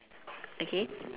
okay